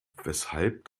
weshalb